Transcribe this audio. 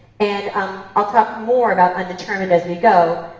and i'll talk more about undetermined as we go,